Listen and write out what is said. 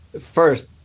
first